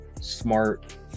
smart